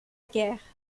guerre